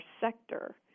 sector